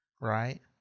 right